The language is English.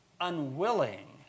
unwilling